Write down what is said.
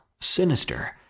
sinister